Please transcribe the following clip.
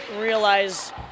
realize